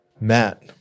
matt